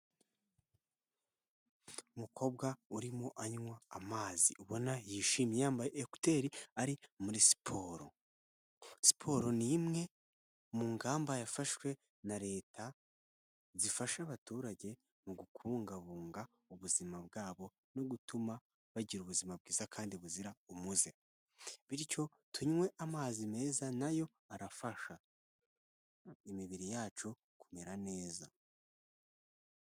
Umukobwa urimo anywa amazi, ubona yishimye yambaye ekuteri ari muri siporo. Siporo ni imwe mu ngamba yafashwe na Leta, zifasha abaturage mu kubungabunga ubuzima bwabo no gutuma bagira ubuzima bwiza kandi buzira umuze, bityo tunywe amazi meza na yo arafasha imibiri yacu kumera neza.